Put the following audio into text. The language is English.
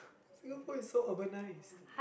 Singapore is so urbanized